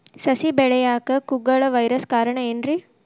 ಸಸಿ ಬೆಳೆಯಾಕ ಕುಗ್ಗಳ ವೈರಸ್ ಕಾರಣ ಏನ್ರಿ?